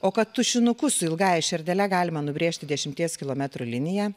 o kad tušinuku su ilgąja šerdele galima nubrėžti dešimties kilometrų liniją